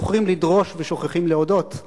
חבר הכנסת אורי אורבך, בבקשה.